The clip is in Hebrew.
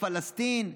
במדינת פלסטין.